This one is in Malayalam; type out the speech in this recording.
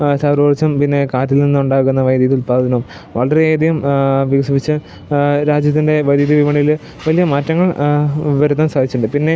സൗരോർജം പിന്നെ അതിൽ നിന്ന് ഉണ്ടാകുന്ന വൈദ്യുതി ഉൽപ്പാദനവും വളരെ അധികം വികസിപ്പിച്ചു രാജ്യത്തിൻ്റെ വൈദ്യുതി വിപണിയിൽ വലിയ മാറ്റങ്ങൾ വരുത്താൻ സാധിച്ചിട്ടുണ്ട് പിന്നെ